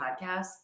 podcasts